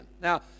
Now